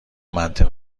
منطق